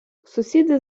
сусіди